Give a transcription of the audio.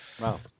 Wow